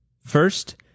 First